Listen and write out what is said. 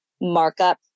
markup